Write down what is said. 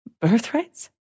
Birthrights